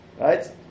right